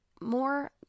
more